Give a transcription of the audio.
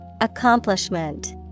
Accomplishment